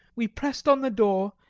we pressed on the door,